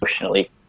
emotionally